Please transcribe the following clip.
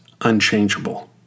unchangeable